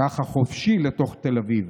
ככה חופשי לתוך תל אביב.